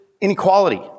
inequality